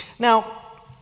Now